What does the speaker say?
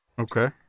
Okay